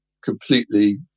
completely